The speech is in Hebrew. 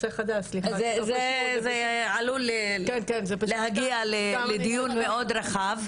זה עלול להגיע לדיון מאוד רחב.